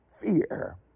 Fear